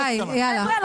חבר'ה,